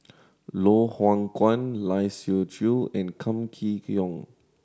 Loh Hoong Kwan Lai Siu Chiu and Kam Kee Yong